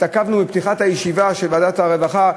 התעכבנו בפתיחת הישיבה של ועדת הרווחה,